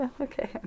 okay